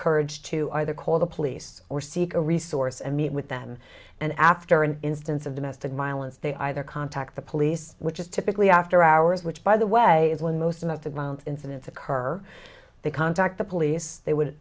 courage to either call the police or seek a resource and meet with them and after an instance of domestic violence they either contact the police which is typically after hours which by the way is when most of the incidents occur they contact the police they would